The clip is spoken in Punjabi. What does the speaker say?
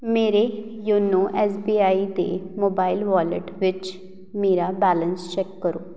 ਮੇਰੇ ਯੋਨੋ ਐੱਸ ਬੀ ਆਈ ਦੇ ਮੋਬਾਈਲ ਵਾਲਿਟ ਵਿੱਚ ਮੇਰਾ ਬੈਲੇਂਸ ਚੈੱਕ ਕਰੋ